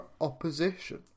opposition